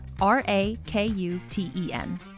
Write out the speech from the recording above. R-A-K-U-T-E-N